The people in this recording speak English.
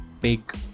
big